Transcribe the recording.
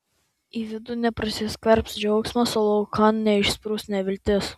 į vidų neprasiskverbs džiaugsmas o laukan neišsprūs neviltis